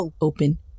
open